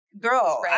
girl